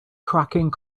cracking